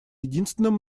единственным